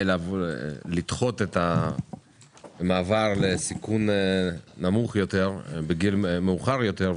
לדחות את המעבר לסיכון נמוך יותר לגיל מאוחר יותר.